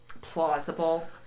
plausible